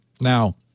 Now